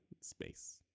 Space